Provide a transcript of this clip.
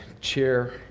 chair